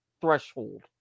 threshold